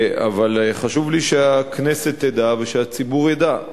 אבל חשוב לי שהכנסת תדע והציבור ידע,